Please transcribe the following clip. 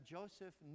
Joseph